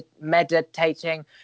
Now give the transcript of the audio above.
meditating